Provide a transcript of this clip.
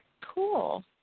cool